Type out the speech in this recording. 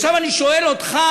עכשיו אני שואל אותך,